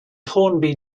hornby